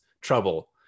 trouble